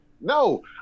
No